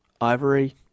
ivory